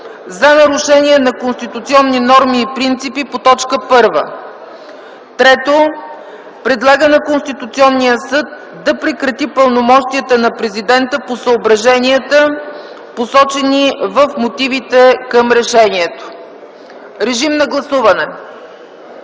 за нарушение на конституционни норми и принципи по т. 1. 3. Предлага на Конституционния съд да прекрати пълномощията на Президента по съображенията, посочени в мотивите към решението.” Режим на гласуване.